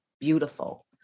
beautiful